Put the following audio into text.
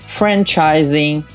franchising